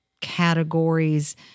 categories